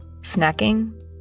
snacking